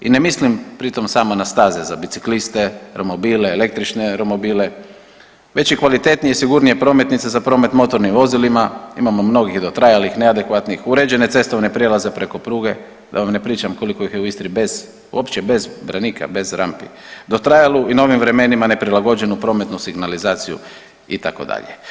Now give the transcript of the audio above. I ne mislim pritom samo na staze za bicikliste, romobile, električne romobile već i kvalitetnije i sigurnije prometnice za promet motornim vozilima, imamo mnogih dotrajalih, neadekvatnih, uređene cestovne prijelaze preko pruge da vam ne pričam koliko ih je u Istri bez, uopće bez branika, bez rampi; dotrajalu i novim vremenima neprilagođenu prometnu signalizaciju, itd.